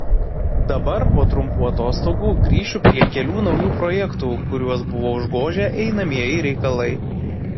dabar po trumpų atostogų grįšiu prie kelių naujų projektų kuriuos buvo užgožę einamieji reikalai